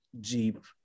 jeep